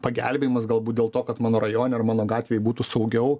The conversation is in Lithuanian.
pagelbėjimas galbūt dėl to kad mano rajone ar mano gatvėj būtų saugiau